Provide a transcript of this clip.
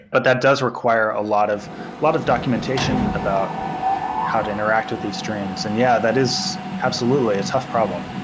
but that does require a lot of lot of documentation about how to interact with the streams and, yeah, that is absolutely a tough problem.